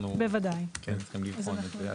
אנחנו צריכים לבחון את זה.